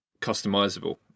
customizable